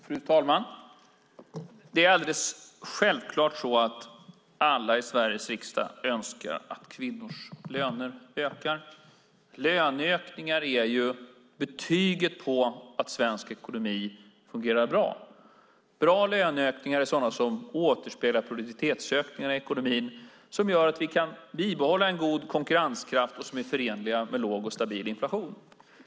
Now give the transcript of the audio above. Fru talman! Det är alldeles självklart att alla i Sveriges riksdag önskar att kvinnors löner ökar. Löneökningar är ju betyget på att svensk ekonomi fungerar bra. Bra löneökningar är sådana som återspeglar produktivitetsökningar i ekonomin, som gör att vi kan bibehålla en god konkurrenskraft och som är förenliga med låg och stabil inflation.